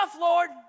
Lord